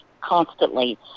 constantly